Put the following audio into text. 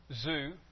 zoo